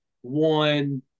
one